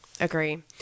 Agree